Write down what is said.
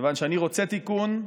כיוון שאני רוצה תיקון,